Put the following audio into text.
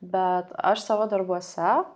bet aš savo darbuose